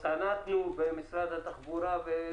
-- סנטנו במשרד התחבורה,